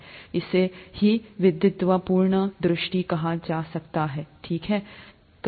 इसे ही विद्वतापूर्ण दृष्टि कहा जाता है ठीक है